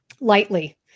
lightly